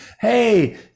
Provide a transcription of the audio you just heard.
hey